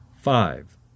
Five